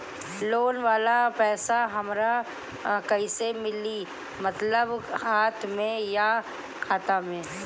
Loan वाला पैसा हमरा कइसे मिली मतलब हाथ में या खाता में?